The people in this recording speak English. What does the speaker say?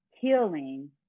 healing